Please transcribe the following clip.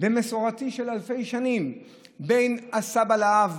ומסורתי של אלפי שנים בין הסבא לאב,